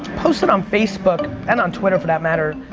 posted on facebook and on twitter, for that matter,